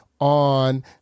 on